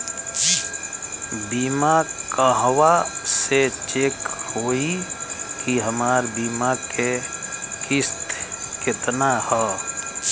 बीमा कहवा से चेक होयी की हमार बीमा के किस्त केतना ह?